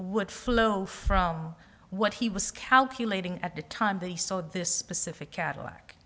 d flow from what he was calculating at the time they saw this specific cadillac